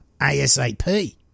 ASAP